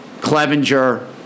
Clevenger